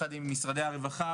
ביחד עם משרדי הרווחה,